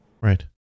Right